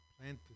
plant